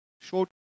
short